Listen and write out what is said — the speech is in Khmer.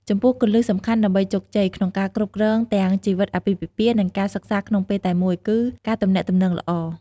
ចំពោះគន្លឹះសំខាន់ដើម្បីជោគជ័យ ក្នុងការគ្រប់គ្រងទាំងជីវិតអាពាហ៍ពិពាហ៍ និងការសិក្សាក្នុងពេលតែមួយគឺ ការទំនាក់ទំនងល្អ។